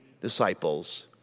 disciples